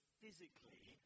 physically